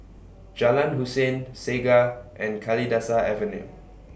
Jalan Hussein Segar and Kalidasa Avenue